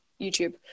youtube